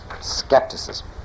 skepticism